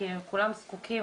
כי כולם זקוקים,